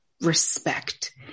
respect